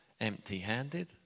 empty-handed